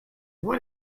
what